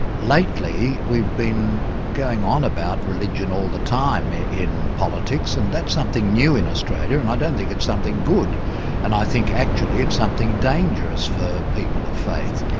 lately we've been going on about religion all the time in politics and that's something new in australia and i don't think it's something good and i think actually it's something dangerous for people of faith.